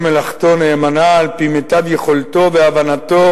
מלאכתו נאמנה על-פי מיטב יכולתו והבנתו,